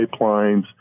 pipelines